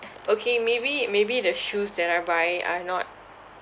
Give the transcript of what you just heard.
okay maybe maybe the shoes that I buy are not